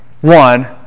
one